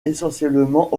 essentiellement